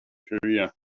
career